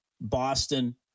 boston